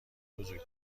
بزرگ